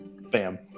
Bam